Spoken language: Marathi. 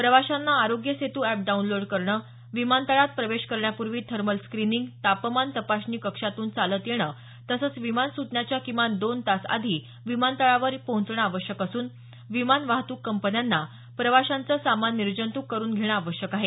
प्रवाशांना आरोग्य सेतू अॅप डाऊनलोड करणं विमानतळात प्रवेश करण्यापूर्वी थर्मल सिक्रिंग तापमान तपासणी कक्षातून चालत येणं तसंच विमान सुटण्याच्या किमान दोन तास आधी विमानतळावर पोहोचणं आवश्यक असून विमान वाहतूक कंपन्यांना प्रवाशांचं सामान निर्जंत्क करून घेणं आवश्यक आहे